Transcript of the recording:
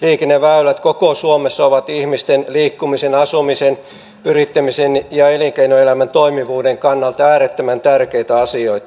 liikenneväylät koko suomessa ovat ihmisten liikkumisen asumisen yrittämisen ja elinkeinoelämän toimivuuden kannalta äärettömän tärkeitä asioita